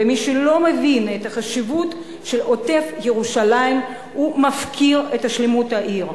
ומי שלא מבין את החשיבות של עוטף-ירושלים מפקיר את השלמות של העיר.